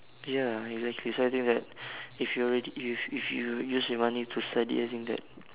ya exactly so I think that if you if if you use your money to study I think that